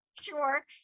sure